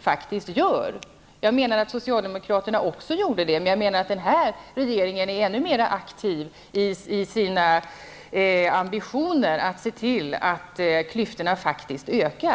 faktiskt gör det. Också den politik som socialdemokraterna förde gjorde det, men jag menar att den nuvarande regeringen är ännu mera aktiv i sina ambitioner att se till att klyftorna faktiskt ökar.